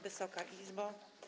Wysoka Izbo!